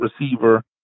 receiver